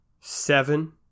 seven